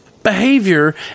behavior